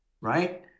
right